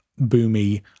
boomy